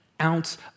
ounce